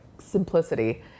simplicity